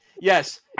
Yes